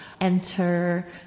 enter